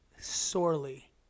Sorely